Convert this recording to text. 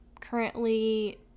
currently